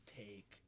take